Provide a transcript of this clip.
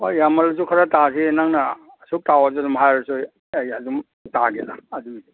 ꯍꯣꯏ ꯌꯥꯝꯃꯜꯂꯁꯨ ꯈꯔ ꯇꯥꯁꯦ ꯅꯪꯅ ꯑꯁꯨꯛ ꯇꯥꯎꯑꯁꯨ ꯑꯗꯨꯝ ꯍꯥꯏꯔꯁꯨ ꯑꯩ ꯑꯗꯨꯝ ꯇꯥꯒꯦꯗ ꯑꯗꯨꯒꯤꯗꯤ